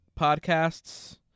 podcasts